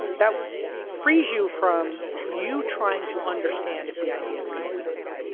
that frees you from you trying to understand if the idea is going to win or not.